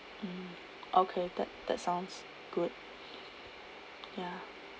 mm okay tha~ that sounds good ya